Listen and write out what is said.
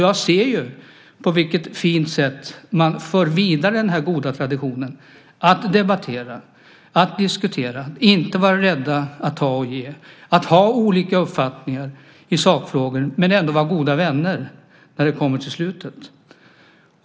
Jag ser också på vilket fint sätt man för vidare den här goda traditionen - att debattera, att diskutera, att inte vara rädd att ta och ge, att ha olika uppfattningar i sakfrågor men ändå vara goda vänner när det kommer till slutet.